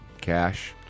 Cash